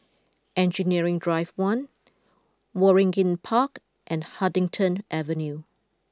Engineering Drive one Waringin Park and Huddington Avenue